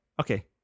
Okay